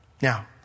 Now